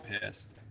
pissed